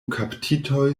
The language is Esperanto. kaptitoj